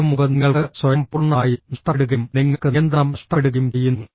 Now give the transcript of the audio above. അതിനു മുമ്പ് നിങ്ങൾക്ക് സ്വയം പൂർണ്ണമായും നഷ്ടപ്പെടുകയും നിങ്ങൾക്ക് നിയന്ത്രണം നഷ്ടപ്പെടുകയും ചെയ്യുന്നു